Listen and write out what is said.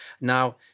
now